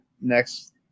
next